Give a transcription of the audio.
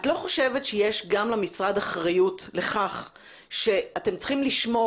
את לא חושבת שגם למשרד יש אחריות לכך ואתם צריכים לשמור